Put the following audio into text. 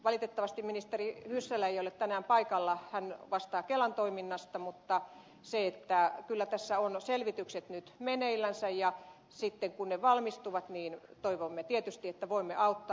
valitettavasti ministeri hyssälä ei ole tänään paikalla hän vastaa kelan toiminnasta mutta kyllä tässä on selvitykset nyt meneillänsä ja sitten kun ne valmistuvat niin toivomme tietysti että voimme auttaa